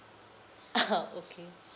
(uh huh) okay